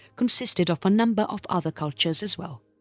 consisted of a number of other cultures as well.